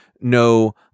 no